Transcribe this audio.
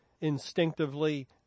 instinctively